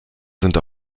sind